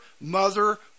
mother